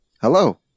hello